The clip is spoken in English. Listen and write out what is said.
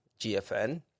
GFN